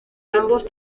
ambos